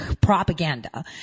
propaganda